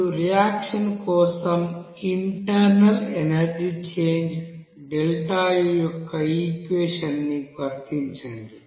ఇప్పుడు రియాక్షన్ కోసం internal energy change ΔU యొక్క ఈ ఈక్వెషన్ని వర్తించండి